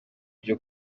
byo